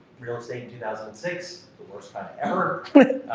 real estate in two thousand and six, the worst time ever.